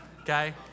Okay